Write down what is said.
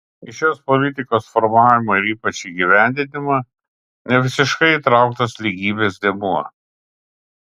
į šios politikos formavimą ir ypač įgyvendinimą nevisiškai įtrauktas lygybės dėmuo